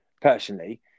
Personally